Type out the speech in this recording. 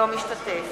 אינו משתתף